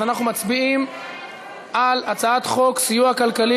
אז אנחנו מצביעים על הצעת חוק סיוע כלכלי